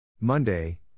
Monday